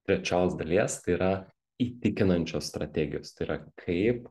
trečios dalies tai yra įtikinančios strategijos tai yra kaip